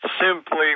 simply